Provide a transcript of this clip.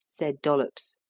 said dollops,